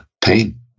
pain